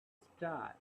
star